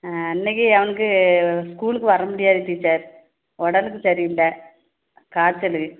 இன்னைக்கு அவனுக்கு ஸ்கூலுக்கு வர முடியாது டீச்சர் உடம்புக்கு சரி இல்லை காய்ச்சலு